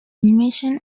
invasion